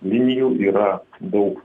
linijų yra daug